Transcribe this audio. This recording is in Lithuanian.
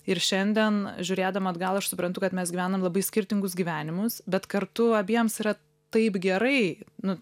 ir šiandien žiūrėdama atgal aš suprantu kad mes gyvenam labai skirtingus gyvenimus bet kartu abiems yra taip gerai nu